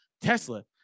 Tesla